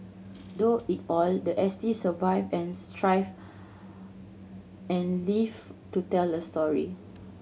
though it all the S T survived and thrived and lived to tell the story